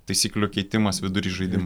taisyklių keitimas vidury žaidim